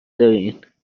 دارین